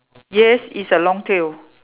yes it's a long tail